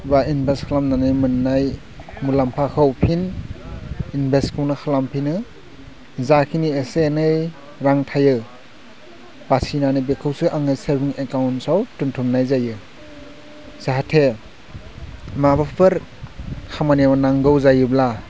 बा इनभेस्ट खालामनानै मोननाय मुलाम्फाखौ फिन इनभेस्टखौनो खालामफिनो जाखिनि एसे एनै रां थायो बासिनानै बेखौसो आङो सेभिं एकाउन्ट्सआव दोनथुमनाय जायो जाहाथे माबाफोर खामानियाव नांगौ जायोब्ला